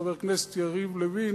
חבר הכנסת יריב לוין,